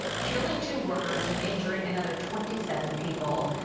killing two workers and injuring another twenty seven people.